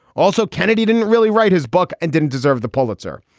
also, kennedy didn't really write his book and didn't deserve the pulitzer.